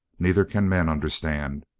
neither can men understand.